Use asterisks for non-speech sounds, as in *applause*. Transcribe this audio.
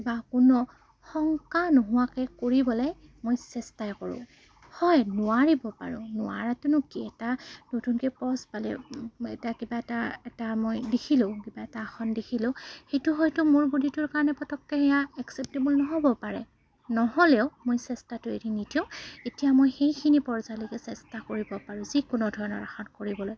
বা কোনো শংকা নোহোৱাকৈ কৰিবলৈ মই চেষ্টাই কৰোঁ হয় নোৱাৰিব পাৰোঁ নোৱাৰাতোনো কি এটা নতুনকৈ পচ পালে এটা কিবা এটা এটা মই দেখিলোঁ কিবা এটা আসন দেখিলোঁ সেইটো হয়তো মোৰ বডিটোৰ কাৰণে পটককৈ সেয়া একচেপ্টেবল নহ'ব পাৰে নহ'লেও মই চেষ্টাটো এৰি নিদিওঁ এতিয়া মই সেইখিনি *unintelligible* চেষ্টা কৰিব পাৰোঁ যিকোনো ধৰণৰ আসন কৰিবলৈ